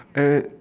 eh